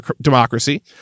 democracy